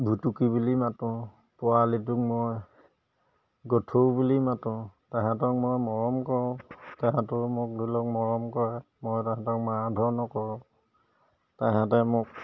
ভুটুকি বুলি মাতোঁ পোৱালিটোক মই গঠৌ বুলি মাতোঁ তাহাঁতক মই মৰম কৰোঁ তেহেঁতৰো মোক ধৰি লওক মৰম কৰে মই তাহাঁতক মাৰ ধৰ নকৰোঁ তাহাঁতে মোক